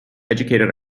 educated